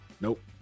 Nope